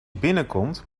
binnenkomt